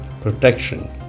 protection